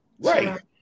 Right